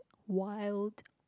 wild